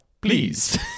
please